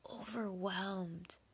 overwhelmed